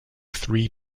three